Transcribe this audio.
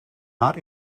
not